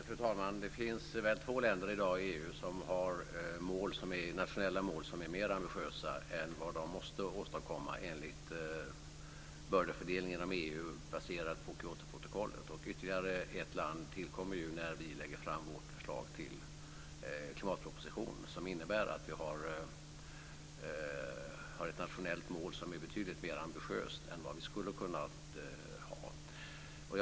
Fru talman! Det finns väl två länder i EU i dag som har nationella mål som är mer ambitiösa än vad som motsvarar vad de måste åstadkomma enligt bördefördelningen med EU baserad på Kyotoprotokollet. Ytterligare ett land tillkommer ju när vi lägger fram vårt förslag till klimatproposition, som innebär att vi får ett nationellt mål som är betydligt mer ambitiöst än vad vi skulle ha kunnat ha.